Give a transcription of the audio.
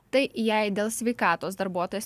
tai jei dėl sveikatos darbuotojas